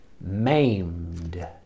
maimed